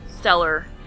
stellar